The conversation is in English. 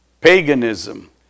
paganism